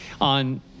on